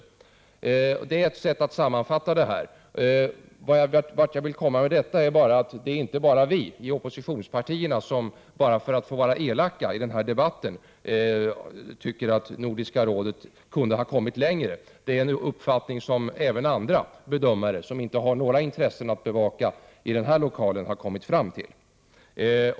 Det är ett sätt att sammanfatta det som gjordes i Helsingör. Vart jag vill komma med detta är att det inte är bara vi i oppositionspartierna som, bara för att få vara elaka i den här debatten, tycker att Nordiska rådet kunde ha kommit längre. Det är en uppfattning som även andra bedömare, som inte har några intressen att bevaka i denna lokal, har kommit fram till.